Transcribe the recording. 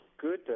Good